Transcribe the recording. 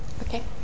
Okay